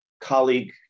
colleague